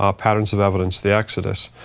ah patterns of evidence, the exodus,